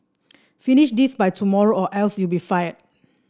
finish this by tomorrow or else you'll be fired